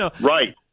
Right